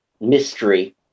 mystery